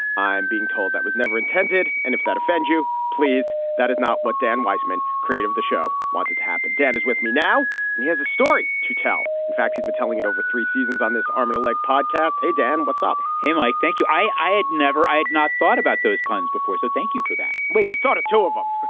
i'm being told that was never intended. and if that offends you, please. that is not what dan weisman creative the show wanted to happen. dan is with me now and he has a story to tell. in fact, he's been telling it over three seasons on this arm and leg podcast. hey, dan, what's up? hey, mike. thank you. i i had never i had not thought about those puns before. so thank you for that. what you thought of two of them?